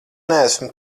neesmu